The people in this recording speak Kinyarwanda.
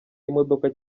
imodoka